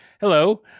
hello